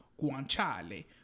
guanciale